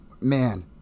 man